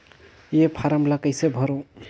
ये फारम ला कइसे भरो?